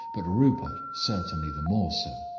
but rupert certainly the more so.